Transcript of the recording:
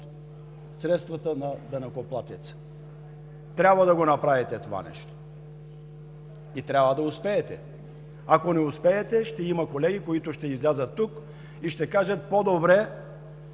средствата на данъкоплатеца. Трябва да направите това нещо и трябва да успеете! Ако не успеете, ще има колеги, които ще излязат тук и ще кажат: „По-добре